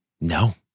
No